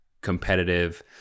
competitive